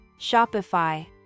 Shopify